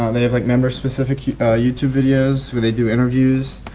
um they have like member specific youtube videos where they do interviews.